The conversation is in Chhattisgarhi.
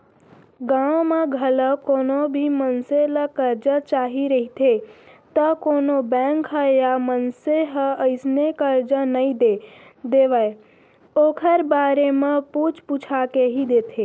गाँव म घलौ कोनो भी मनसे ल करजा चाही रहिथे त कोनो बेंक ह या मनसे ह अइसने करजा नइ दे देवय ओखर बारे म पूछ पूछा के ही देथे